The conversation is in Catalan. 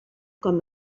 com